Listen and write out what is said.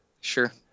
Sure